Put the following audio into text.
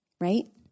right